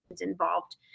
involved